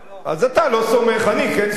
אז אתה לא סומך, אני כן סומך.